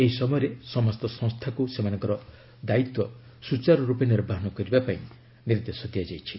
ଏହି ସମୟରେ ସମସ୍ତ ସଂସ୍ଥାକୁ ସେମାନଙ୍କର ଦାୟିତ୍ୱ ସୁଚାରୁରୂପେ ନିର୍ବାହନ କରିବା ପାଇଁ ନିର୍ଦ୍ଦେଶ ଦିଆଯାଇଛି